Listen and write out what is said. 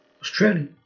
australia